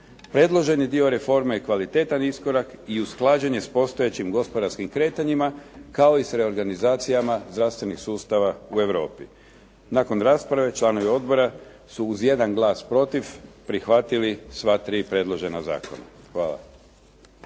Predloženi dio reforme i kvalitetan iskorak i usklađen je s postojećim gospodarskim kretanjima kao i s reorganizacijama zdravstvenih sustava u Europi. Nakon rasprave članovi odbora su uz jedan glas protiv prihvatili sva tri predložena zakona. Hvala.